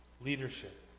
Leadership